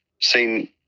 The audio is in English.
seen